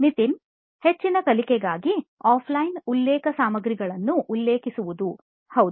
ನಿತಿನ್ ಹೆಚ್ಚಿನ ಕಲಿಕೆಗಾಗಿ ಆಫ್ಲೈನ್ ಉಲ್ಲೇಖ ಸಾಮಗ್ರಿಗಳನ್ನೂ ಉಲ್ಲೇಖಿಸುವುದು ಹೌದು